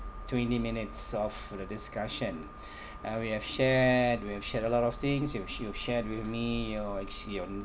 twenty minutes of the discussion and we have shared we've shared a lot of things you s~ you shared with me your ex~ your